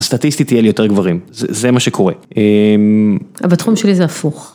סטטיסטית תהיה לי יותר גברים, זה מה שקורה. אבל התחום שלי זה הפוך.